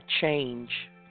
change